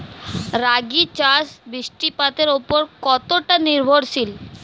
রাগী চাষ বৃষ্টিপাতের ওপর কতটা নির্ভরশীল?